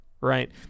right